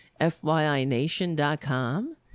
FYINation.com